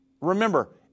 Remember